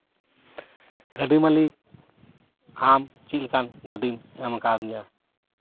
ᱜᱟᱹᱰᱤ ᱢᱟᱹᱞᱤᱠ ᱟᱢ ᱪᱮᱫ ᱞᱮᱠᱟ ᱜᱟᱹᱰᱤᱢ ᱮᱢ ᱠᱟᱣᱫᱤᱧᱟ